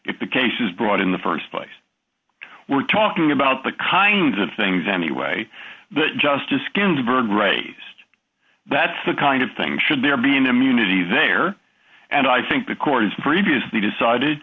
if the case is brought in the st place we're talking about the kinds of things anyway that justice ginsburg raised that's the kind of thing should there be an immunity there and i think the court has previously decided